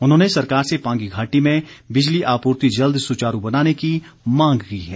उन्होंने सरकार से पांगी घाटी में बिजली आपूर्ति जल्द सुचारू बनाने की मांग की है